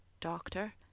doctor